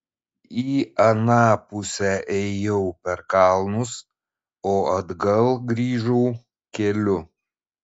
į aną pusę ėjau per kalnus o atgal grįžau keliu